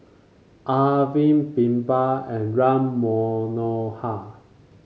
Arvind BirbaL and Ram Manohar